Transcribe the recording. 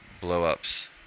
blow-ups